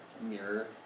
mirror